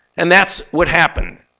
and that's what happened.